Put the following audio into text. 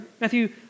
Matthew